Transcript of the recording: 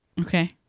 Okay